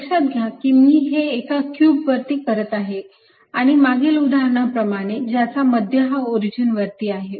लक्षात घ्या कि मी हे एका क्यूब वरती करत आहे आणि मागील उदाहरणाप्रमाणे ज्याचा मध्य हा ओरिजिन वरती आहे